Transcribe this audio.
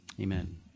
Amen